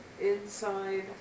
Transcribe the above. inside